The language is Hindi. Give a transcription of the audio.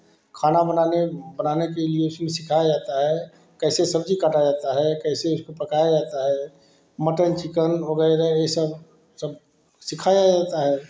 खाना बनाने बनाने के लिए उसमें सिखाया जाता है कैसे सब्ज़ी काटा जाता है कैसे उसमें पकाया जाता है मटन चिकन वगैरह यह सब सब सिखाया जाता है